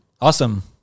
awesome